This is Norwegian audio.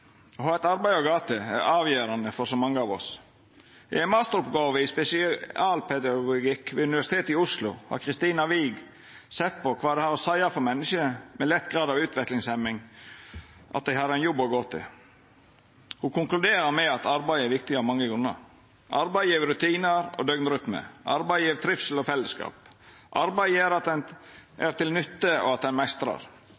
Å ha eit arbeid å gå til er avgjerande for så mange av oss. I ei masteroppgåve i spesialpedagogikk ved Universitetet i Oslo har Christina Wiig sett på kva det har å seia for menneske med lett grad av utviklingshemming at dei har ein jobb å gå til. Ho konkluderer med at arbeid er viktig av mange grunnar. Arbeid gjev rutinar og døgnrytme. Arbeid gjev trivsel og fellesskap. Arbeid gjer at ein